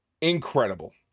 incredible